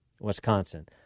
Wisconsin